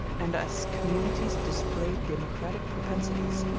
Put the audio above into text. and as communities display democratic propensities,